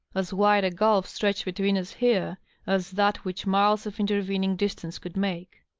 as wide a gulf stretched between us here as that which miles of intervening distance could make.